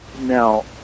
Now